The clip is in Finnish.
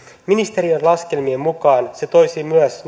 ministeriön laskelmien mukaan se toisi myös